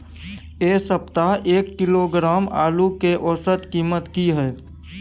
ऐ सप्ताह एक किलोग्राम आलू के औसत कीमत कि हय?